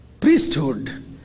priesthood